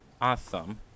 awesome